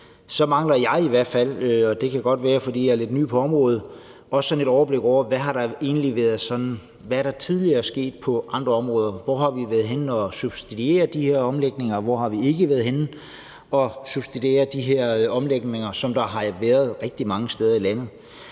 også mangler – og det kan godt være, fordi jeg er lidt ny på området – et overblik over, hvad der tidligere er sket på andre områder, altså hvorhenne vi har subsidieret de her omlægninger, og hvorhenne vi ikke har subsidieret de her omlægninger, som er sket rigtig mange steder i landet.